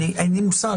אין לי מושג.